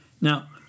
Now